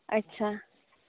ᱟᱪᱪᱷᱟ